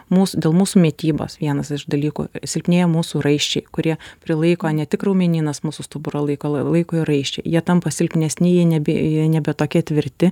mūsų dėl mūsų mitybos vienas iš dalykų silpnėja mūsų raiščiai kurie prilaiko ne tik raumenynas mūsų stuburą laiko laiko raiščiai jie tampa silpnesni jie nebe jie nebe tokie tvirti